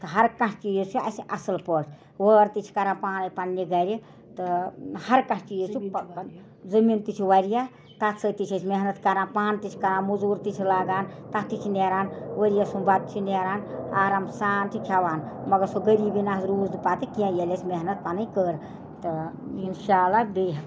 تہٕ ہر کانٛہہ چیٖز چھِ اَسہِ اَصٕل پٲٹھۍ وٲر تہِ چھِ کَرن پانَے پنٛنہِ گَرِ تہٕ ہر کانٛہہ چیٖز زٔمیٖن تہِ چھِ وارِیاہ تتھ سۭتۍ تہِ چھِ أسۍ محنت کران پانہٕ تہِ چھِ کَران مۄزوٗر تہِ چھِ لاگان تتھ تہِ چھِ نیران ؤریس سُمب بتہٕ چھِ نیران آرام سان چھِ کھٮ۪وان مگر سُہ غٔریٖبی نَہ حظ روٗز نہٕ پتہٕ کیٚنٛہہ ییٚلہِ اَسہِ محنت پنٕنۍ کٔر تہٕ اِنشااللہ بیٚیہِ